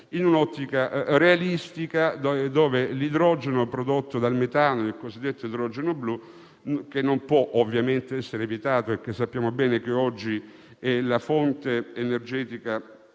in un'ottica realistica dove l'idrogeno prodotto dal metano (il cosiddetto idrogeno blu), che non può ovviamente essere vietato e che sappiamo bene essere oggi il 95 per